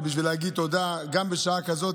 זה בשביל להגיד תודה, גם בשעה כזאת.